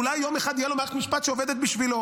אולי יום אחד תהיה לו מערכת משפט שעובדת בשבילו,